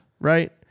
right